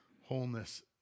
wholeness